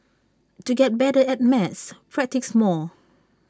to get better at maths practise more